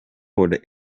worden